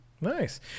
Nice